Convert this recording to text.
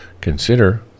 consider